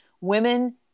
women